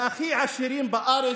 מהעשירים ביותר בארץ.